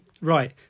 Right